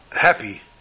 happy